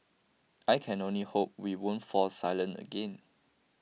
I can only hope we won't fall silent again